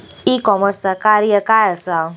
E कॉमर्सचा कार्य काय असा?